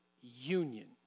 union